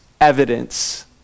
evidence